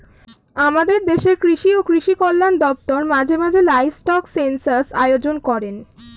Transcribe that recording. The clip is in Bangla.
আমাদের দেশের কৃষি ও কৃষি কল্যাণ দপ্তর মাঝে মাঝে লাইভস্টক সেন্সাস আয়োজন করেন